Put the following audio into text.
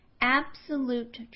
Absolute